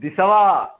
दिसवा